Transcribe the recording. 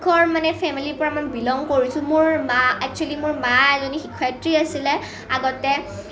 শিক্ষকৰ ফেমিলিৰ পৰা মই বিলং কৰিছোঁ মোৰ মাঁ এক্সুৱেলি মোৰ মাঁ এজনী শিক্ষয়িত্ৰী আছিলে আগতে